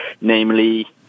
namely